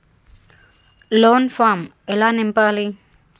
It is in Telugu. లోన్ ఫామ్ ఎలా నింపాలి?